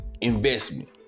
investment